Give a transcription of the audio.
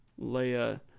Leia